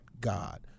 God